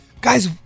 guys